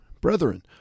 Brethren